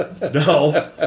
No